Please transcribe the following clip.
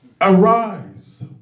Arise